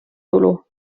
tulu